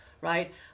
right